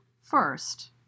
First